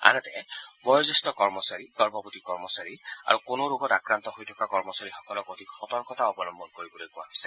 আনহাতে বয়োজ্যেষ্ঠ কৰ্মচাৰী গৰ্ভৱতী কৰ্মচাৰী আৰু কোনো ৰোগত আক্ৰান্ত হৈ থকা কৰ্মচাৰীসকলক অধিক সতৰ্কতা অৱলঘ্বন কৰিবলৈ কোৱা হৈছে